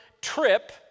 trip